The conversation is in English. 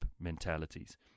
mentalities